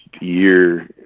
year